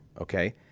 okay